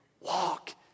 Walk